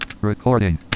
Recording